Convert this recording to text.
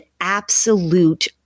absolute